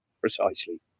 precisely